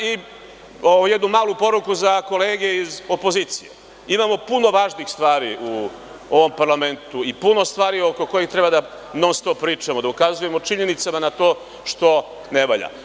Ja bih jednu malu poruku za kolege iz opozicije, imamo puno važnih stvari u ovom parlamentu, puno stvari oko kojih treba da non stop pričamo, da ukazujemo činjenice da na to što ne valja.